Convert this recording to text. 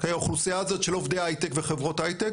האוכלוסייה הזאת של עובדי ההיי-טק וחברות ההיי-טק,